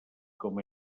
com